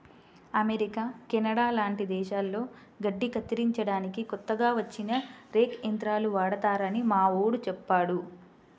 America, Canada లాంటి దేశాల్లో గడ్డి కత్తిరించడానికి కొత్తగా వచ్చిన రేక్ యంత్రాలు వాడతారని మావోడు చెప్పాడు